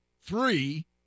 three